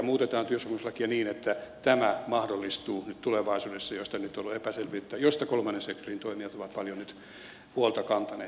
muutetaan siis työsopimuslakia niin että tämä mahdollistuu nyt tulevaisuudessa josta nyt on ollut epäselvyyttä ja josta kolmannen sektorin toimijat ovat nyt paljon huolta kantaneet